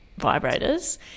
vibrators